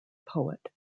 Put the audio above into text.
poet